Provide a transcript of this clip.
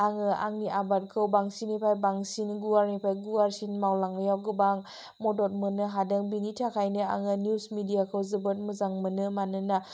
आङो आंनि आबादखौ बांसिननिफ्राय बांसिन गुवारनिफ्राय गुवारसिन मावलांनायाव गोबां मदद मोननो हादों बिनि थाखायनो आङो निउस मिडियाखौ जोबोद मोजां मोनो मानोना